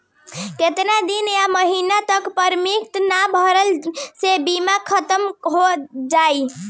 केतना दिन या महीना तक प्रीमियम ना भरला से बीमा ख़तम हो जायी?